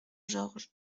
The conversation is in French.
georges